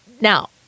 Now